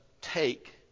take